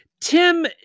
Tim